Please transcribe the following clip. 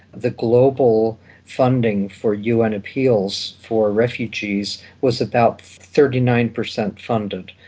the global funding for un appeals for refugees was about thirty nine percent funded.